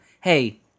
hey